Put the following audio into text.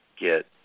get